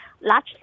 large